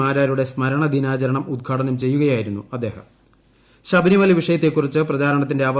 മാരാരുടെ സ്മരണ ദിനാചരണം ഉദ്ഘാടനം ചെയ്യുകയായിരുന്നു ശബരിമല വിഷയത്തെക്കുറിച്ച് പ്രചാരണത്തിന്റെ അദ്ദേഹം